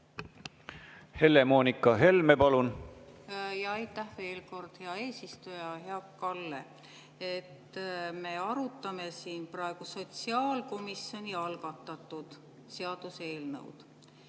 Helle-Moonika Helme, palun! Aitäh veel kord, hea eesistuja! Hea Kalle! Me arutame siin praegu sotsiaalkomisjoni algatatud seaduseelnõu.